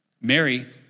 Mary